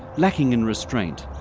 lacking in restraint,